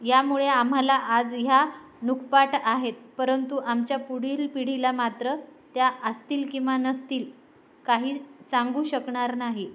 यामुळे आम्हाला आज ह्या नुकपाट आहेत परंतु आमच्या पुढील पिढीला मात्र त्या असतील किंवा नसतील काही सांगू शकणार नाही